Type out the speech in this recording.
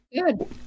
Good